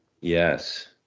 Yes